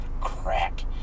crack